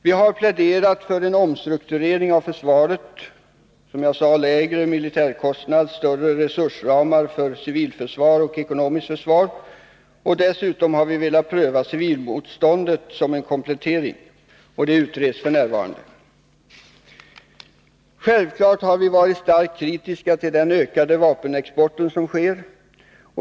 Vi har pläderat för en omstrukturering av försvaret — lägre militärkost nad, större resursramar för civilförsvar och ekonomiskt försvar. Dessutom har vi velat pröva civilmotståndet som en komplettering. Det utreds f. n. Självfallet har vi varit starkt kritiska till den ökade vapenexporten.